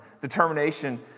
determination